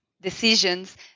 decisions